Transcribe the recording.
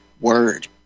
word